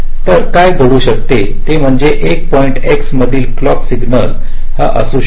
तर काय घडू शकते ते म्हणजे एका पॉईंट x मधील क्लॉक सिग्नल हा असा असू शकतो